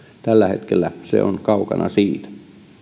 tällä hetkellä se on kaukana siitä